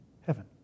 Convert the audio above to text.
heaven